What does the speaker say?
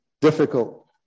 difficult